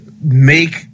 make